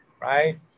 right